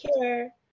care